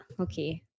Okay